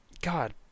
God